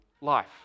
life